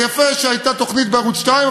יפה שהייתה תוכנית בערוץ 2,